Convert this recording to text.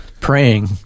praying